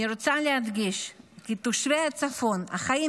אני רוצה להדגיש כי תושבי הצפון החיים